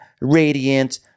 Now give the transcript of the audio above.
radiant